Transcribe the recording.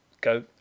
go